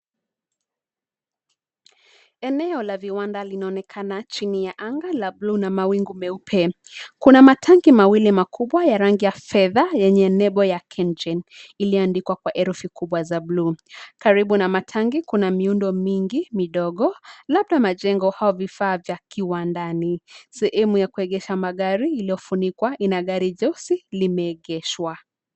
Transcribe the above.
Eneo la viwanda linaonekana chini ya anga la bluu na mawingu meupe. Kuna matanki mawili makubwa ya rangi ya fedha yenye lebo ya Kengen iliandikwa kwa herufi kubwa za bluu. Karibu na matangi kuna miundo mingi midogo labda majengo au vifaa vya kiwandani. Sehemu ya kuegesha magari iliyofunikwa ina gari jeusi imeegeshwa.